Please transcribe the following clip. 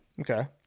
Okay